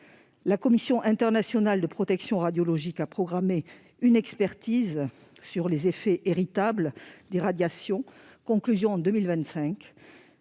La commission internationale de protection radiologique a programmé une expertise sur les effets héritables des radiations, qui doit